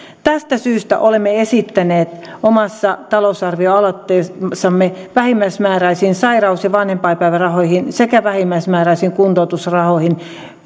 tästä syystä olemme esittäneet omassa talousarvioaloitteessamme vähimmäismääräisiin sairaus ja vanhempainpäivärahoihin sekä vähimmäismääräisiin kuntoutusrahoihin